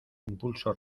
impulso